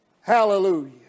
hallelujah